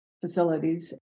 facilities